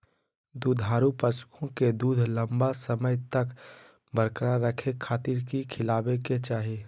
दुधारू पशुओं के दूध लंबा समय तक बरकरार रखे खातिर की खिलावे के चाही?